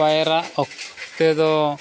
ᱯᱟᱭᱨᱟᱜ ᱚᱠᱛᱮ ᱫᱚ